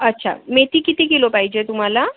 अच्छा मेथी किती किलो पाहिजे तुम्हाला